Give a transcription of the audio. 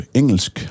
engelsk